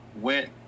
went